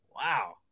Wow